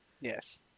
Yes